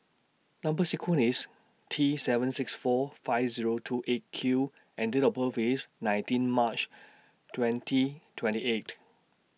Number sequence IS T seven six four five Zero two eight Q and Date of birth IS nineteen March twenty twenty eight